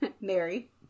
Mary